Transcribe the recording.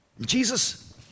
Jesus